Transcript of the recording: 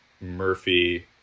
Murphy